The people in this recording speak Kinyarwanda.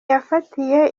yafatiye